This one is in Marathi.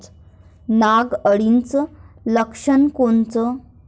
नाग अळीचं लक्षण कोनचं?